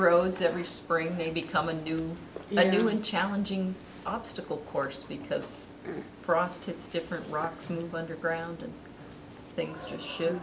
roads every spring they become and do the new and challenging obstacle course because prostitutes different rocks move underground and things to shi